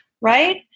right